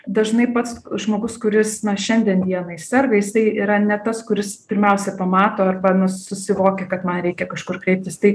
dažnai pats žmogus kuris na šiandien dienai serga jisai yra ne tas kuris pirmiausiai pamato arba nu susivokia kad man reikia kažkur kreiptis tai